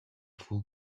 full